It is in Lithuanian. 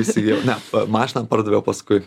įsigijome mašiną pardaviau paskui